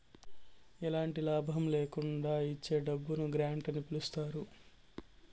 ఎలాంటి లాభం ల్యాకుండా ఇచ్చే డబ్బును గ్రాంట్ అని పిలుత్తారు